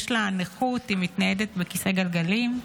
יש נכות והיא מתניידת בכיסא גלגלים.